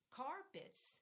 carpets